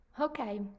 Okay